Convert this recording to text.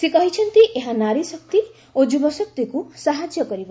ସେ କହିଛନ୍ତି ଏହା ନାରୀଶକ୍ତି ଓ ଯୁବଶକ୍ତିକୁ ସାହାଯ୍ୟ କରିବ